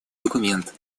документ